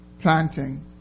planting